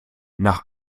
nach